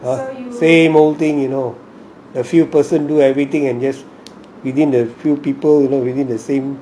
same old thing you know a few person do everything and just within the few people you know within the same